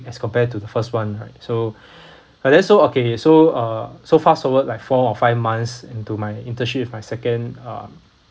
as compared to the first one right so like that so okay so uh so fast forward like four or five months into my internship with my second uh